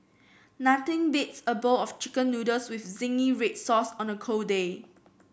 nothing beats a bowl of chicken noodles with zingy red sauce on a cold day